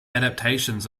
adaptations